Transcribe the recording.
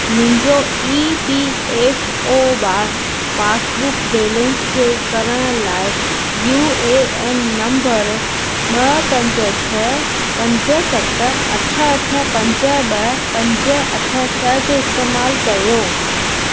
मुंहिजो E P F O बा passbook balance check करण लाइ यू ए एन नंबर ॿ पंज छह पंज सत अठ अठ पंज ॿ पंज अठ छह जो इस्तेमालु कयो